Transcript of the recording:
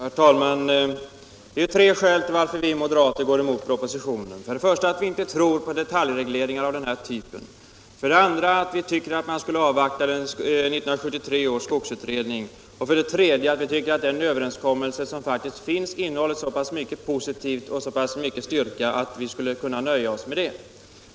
Herr talman! Det är tre skäl som gör att vi moderater går emot propositionen. Det första är att vi inte tror på detaljregleringar av den här typen, det andra är att vi tycker att man skall avvakta 1973 års skogsutredning, och det tredje är att vi tycker att den överenskommelse som finns innehåller så mycket positivt och äger sådan styrka att vi skulle kunna nöja oss med den.